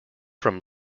from